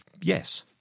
yes